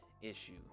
issue